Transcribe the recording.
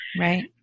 Right